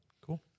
cool